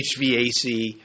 HVAC